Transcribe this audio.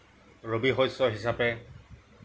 ৰবি শস্য হিচাপে